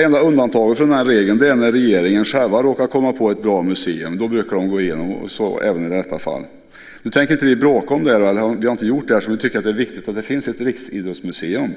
Enda undantaget från den regeln är när regeringen själv råkar komma på ett bra museum. Då brukar förslaget gå igenom - så även i detta fall. Nu har vi inte bråkat om detta eftersom vi tycker att det är viktigt att det finns ett riksidrottsmuseum.